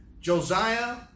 Josiah